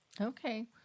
Okay